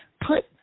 Put